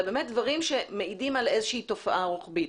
באמת דברים שמעידים על איזושהי תופעה רוחבית.